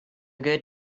good